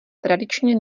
tradičně